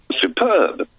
superb